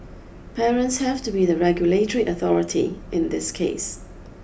parents have to be the regulatory authority in this case